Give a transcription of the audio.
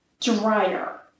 dryer